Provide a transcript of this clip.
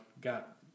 got